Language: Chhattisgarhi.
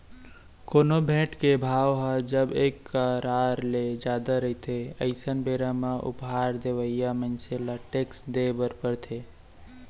कोनो भेंट के भाव ह जब एक करार ले जादा रहिथे अइसन बेरा म उपहार देवइया मनसे ल टेक्स देय बर परथे